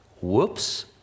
Whoops